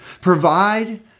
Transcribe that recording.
Provide